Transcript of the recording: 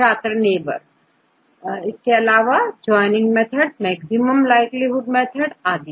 छात्र" neighbour neighbour joining method maximum likelihood method आदि